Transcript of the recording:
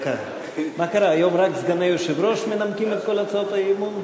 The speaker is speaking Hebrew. היום רק סגני היושב-ראש מנמקים את כל הצעות האי-אמון?